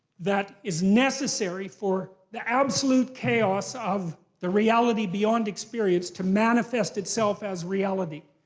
that is necessary for the absolute chaos of the reality beyond experience to manifest itself as reality.